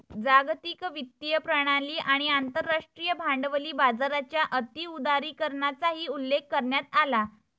जागतिक वित्तीय प्रणाली आणि आंतरराष्ट्रीय भांडवली बाजाराच्या अति उदारीकरणाचाही उल्लेख करण्यात आला